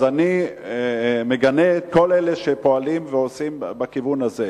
אז אני מגנה את כל אלה שפועלים ועושים בכיוון הזה.